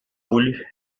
voulu